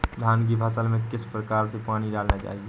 धान की फसल में किस प्रकार से पानी डालना चाहिए?